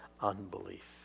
unbelief